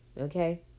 Okay